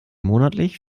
monatlich